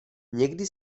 někdy